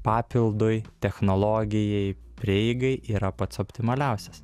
papildui technologijai prieigai yra pats optimaliausias